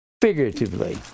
figuratively